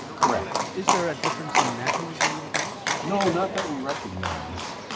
correct. is there a difference in napping during the day? no, not that we recognise.